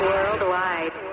Worldwide